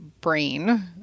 brain